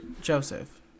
joseph